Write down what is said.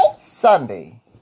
Sunday